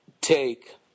take